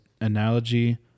analogy